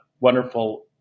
wonderful